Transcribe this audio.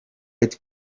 light